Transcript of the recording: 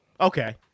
Okay